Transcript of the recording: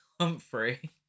Humphrey